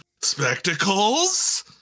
Spectacles